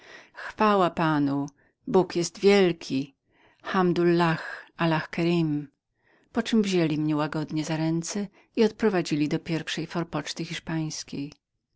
chwała panu i jego prorokowi handullach allah kerim poczem wzięli mnie łagodnie za ręce i odprowadzili do pierwszej forpoczty hiszpańskiej